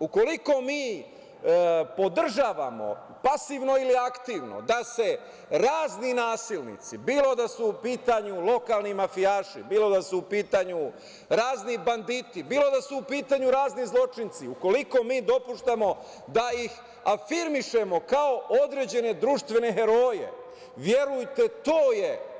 Ukoliko mi podržavamo, pasivno ili aktivno, da se razni nasilnici, bilo da su u pitanju lokalni mafijaši, bilo da su u pitanju razni banditi, bilo da su u pitanju razni zločinci, ukoliko mi dopuštamo da ih afirmišemo kao određene društvene heroje, verujete,